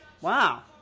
Wow